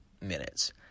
minutes